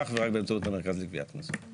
אך ורק באמצעות המרכז לגביית קנסות.